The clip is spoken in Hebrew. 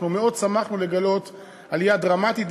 מאוד שמחנו לגלות עלייה דרמטית,